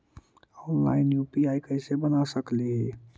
Online UPI कैसे बना सकली ही?